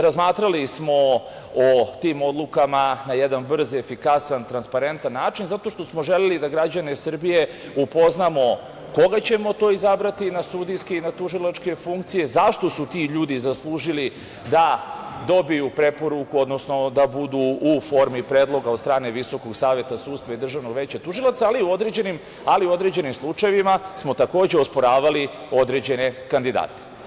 Razmatrali smo o tim odlukama na jedan brz i efikasan, transparentan način, zato što smo želeli da građane Srbije upoznamo koga ćemo to izabrati na sudijske i na tužilačke funkcije, zašto su ti ljudi zaslužili da dobiju preporuku, odnosno da budu u formi predloga od strane Visokog saveta sudstva i Državnog veća tužilaca, ali u određenim slučajevima smo takođe osporavali određene kandidate.